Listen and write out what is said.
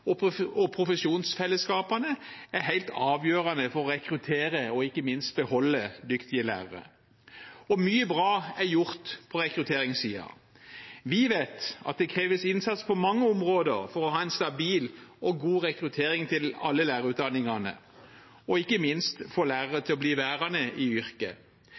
og profesjonsfellesskapene er helt avgjørende for å rekruttere og ikke minst beholde dyktige lærere. Og mye bra er gjort på rekrutteringssiden. Vi vet at det kreves innsats på mange områder for å ha en stabil og god rekruttering til alle lærerutdanningene og ikke minst for å få lærere til å bli værende i yrket.